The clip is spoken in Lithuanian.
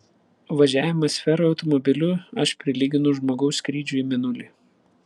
važiavimą sferoje automobiliu aš prilyginu žmogaus skrydžiui į mėnulį